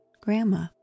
Grandma